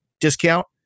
discount